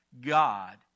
God